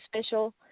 special